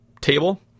table